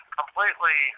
completely